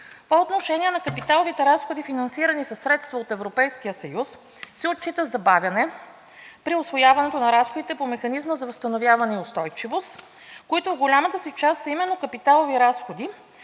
По отношение на капиталовите разходи, финансирани със средства от Европейския съюз, се отчита забавяне при усвояването на разходите по Механизма за възстановяване и устойчивост, които в голямата си част са именно капиталови разходи,